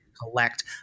Collect